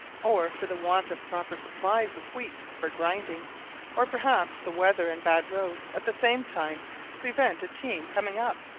or for the want of proper supplies of wheat for grinding or perhaps the weather and bad roads at the same time prevent a team coming up,